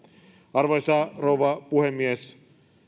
arvoisa rouva puhemies